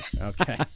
okay